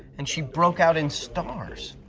and she broke out in stars.